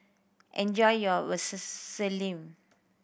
enjoy your Vermicelli